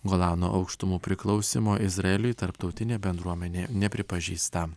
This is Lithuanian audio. golano aukštumų priklausymo izraeliui tarptautinė bendruomenė nepripažįsta